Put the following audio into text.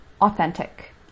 authentic